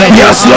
yes